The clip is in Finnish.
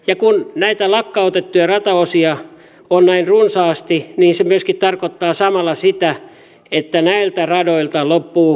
ja kun näitä lakkautettuja rataosia on näin runsaasti niin se myöskin tarkoittaa samalla sitä että näiltä radoilta loppuu kunnossapito kokonaan